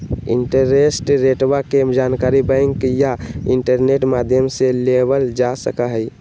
interest रेटवा के जानकारी बैंक या इंटरनेट माध्यम से लेबल जा सका हई